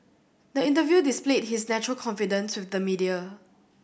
the interview displayed his natural confidence with the media